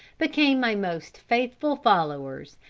became my most faithful followers,